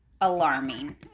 alarming